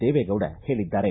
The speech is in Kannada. ದೇವೇಗೌಡ ಹೇಳಿದ್ದಾರೆ